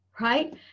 Right